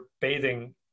bathing